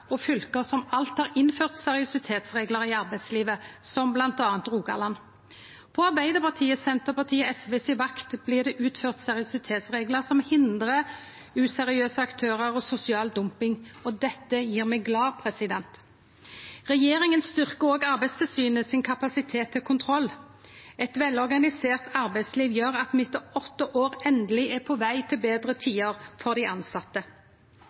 og lytta til ulike kommunar og fylke som alt har innført seriøsitetsreglar i arbeidslivet, som bl.a. Rogaland. På Arbeidarpartiet, Senterpartiet og SVs vakt blir det utført seriøsitetsreglar som hindrar useriøse aktørar og sosial dumping, og dette gjer meg glad. Regjeringa styrkjer òg Arbeidstilsynets kapasitet til kontroll. Eit velorganisert arbeidsliv gjer at me etter åtte år endeleg er på veg til betre tider for dei